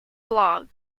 blog